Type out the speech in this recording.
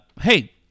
hey